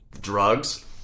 drugs